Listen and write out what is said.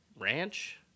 ranch